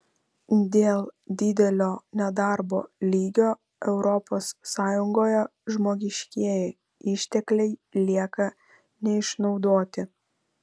dėl didelio nedarbo lygio europos sąjungoje žmogiškieji ištekliai lieka neišnaudoti